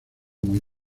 muy